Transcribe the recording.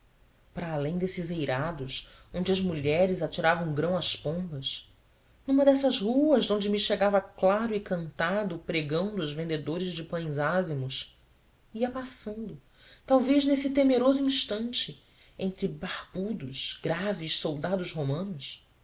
para além desses eirados onde as mulheres atiravam grãos às pombas numa dessas ruas de onde me chegava claro e cantado o pregão dos vendedores de pães ázimos ia passando talvez nesse temeroso instante entre barbudos graves soldados romanos